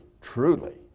truly